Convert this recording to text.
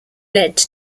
led